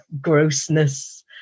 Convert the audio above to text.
grossness